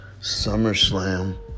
SummerSlam